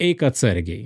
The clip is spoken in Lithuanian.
eik atsargiai